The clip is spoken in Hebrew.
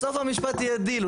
בסוף המשפט יהיה דיל.